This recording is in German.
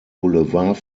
boulevard